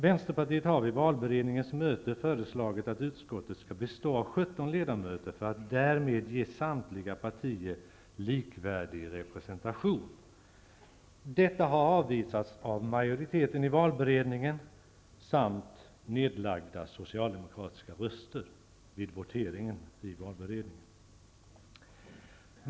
Vänsterpartiet har vid valberedningens möte föreslagit att utskottet skall bestå av 17 ledamöter, för att därmed ge samtliga partier likvärdig representation. Detta har avvisats av majoriteten i valberedningen samt nedlagda socialdemokratiska röster vid voteringen i valberedningen.